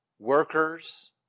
Workers